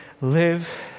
live